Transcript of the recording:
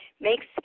makes